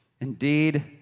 Indeed